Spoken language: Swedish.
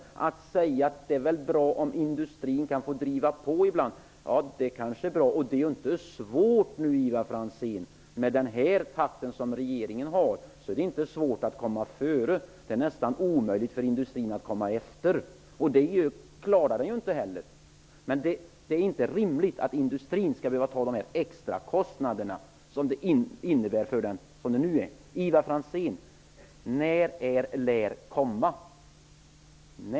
Ivar Franzén säger att det är väl bra om industrin kan driva på ibland. Det är kanske bra. Det är inte svårt, Ivar Franzén, att komma före den här regeringen. Det är nästan omöjligt för industrin att komma efter. Det klarar den inte heller. Men det är inte rimligt att industrin skall behöva få de extra kostnader som detta innebär. Ivar Franzén: När är ''lär komma''?